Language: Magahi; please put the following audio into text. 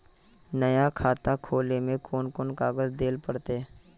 नया खाता खोले में कौन कौन कागज देल पड़ते?